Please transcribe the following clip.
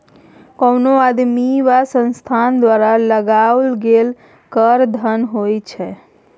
कोनो आदमी वा संस्था द्वारा लगाओल गेल कर धन कर होइत छै